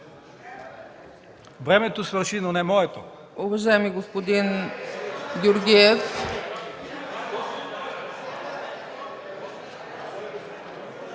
Времето свърши, но не моето.